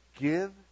Give